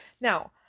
Now